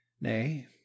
nay